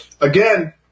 Again